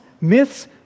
myths